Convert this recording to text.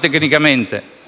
(tecnicamente